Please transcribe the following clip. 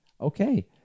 Okay